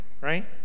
right